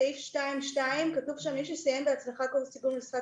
בסעיף 2(2) כתוב שם: מי שסיים בהצלחה קורס תרגום לשפת